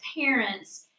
parents